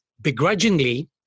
begrudgingly